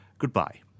Goodbye